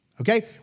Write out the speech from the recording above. Okay